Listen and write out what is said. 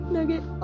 Nugget